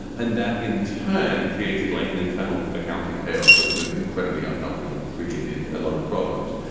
and that, in turn, created like an internal accounting chaos, which was incredibly unhelpful and created a lot of problems.